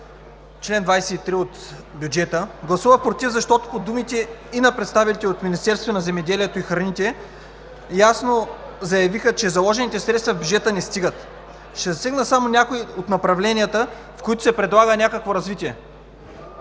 чл. 23 от бюджета, защото и представителите от Министерството на земеделието, храните и горите ясно заявиха, че заложените средства в бюджета не стигат. Ще засегна само някои от направленията, в които се предлага някакво развитие,